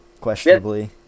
questionably